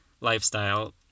lifestyle